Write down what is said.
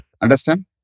Understand